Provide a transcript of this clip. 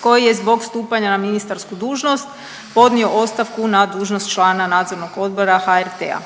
koji je zbog stupanja na ministarsku dužnost podnio ostavku na dužnost člana Nadzornog odbora HRT-a.